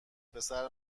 پسر